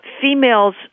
females